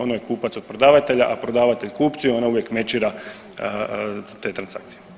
Ona je kupac od prodavatelja, a prodavatelj kupcu i ona uvijek „matchira“ te transakcije.